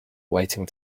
waiting